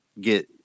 get